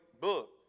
book